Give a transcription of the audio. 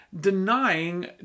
denying